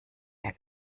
mehr